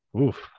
oof